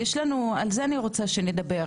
על זה אני רוצה שנדבר,